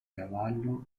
cavallo